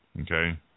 Okay